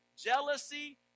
jealousy